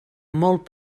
molt